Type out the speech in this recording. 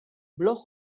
blog